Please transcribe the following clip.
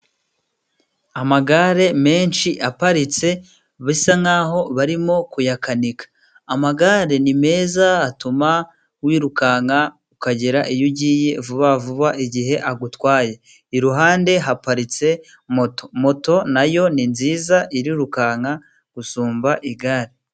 Amagare menshi aparitse bisa nk'aho barimo kuyakanika. Amagare ni meza atuma wirukanka ukagera iyo ugiye vuba vuba igihe agutwaye. Iruhande haparitse moto. Moto na yo ni nziza irirukanka gusumbya igare.